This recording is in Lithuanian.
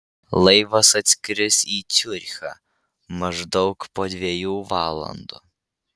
laivas atskris į ciurichą maždaug po dviejų valandų